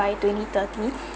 by twenty thirty